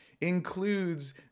Includes